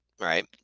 right